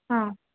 ಹಾಂ